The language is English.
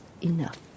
enough